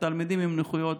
תלמידים עם נכויות